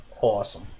Awesome